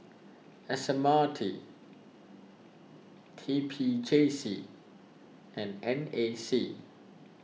S M R T T P J C and N A C